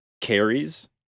carries